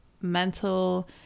mental